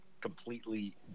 completely